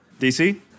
DC